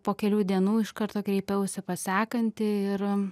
po kelių dienų iš karto kreipiausi pas sekantį ir